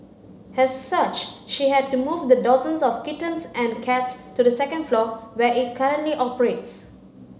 as such she had to move the dozens of kittens and cats to the second floor where it currently operates